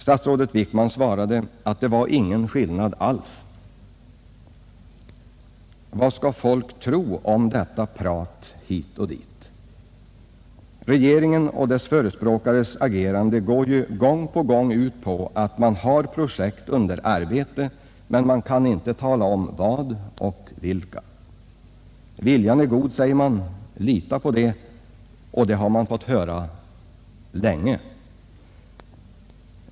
Herr Wickman svarade att det var ingen skillnad alls. Vad skall folk tro om detta prat hit och dit? Regeringens och dess förespråkares agerande går gång på gång ut på att man har projekt under arbete men att man inte kan tala om vad de gäller och vilka de är. Viljan är god, säger de, lita på det! Och det har vi fått höra länge.